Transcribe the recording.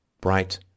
bright